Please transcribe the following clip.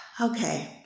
Okay